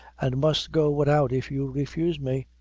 an' must go widout if you refuse me.